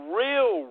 real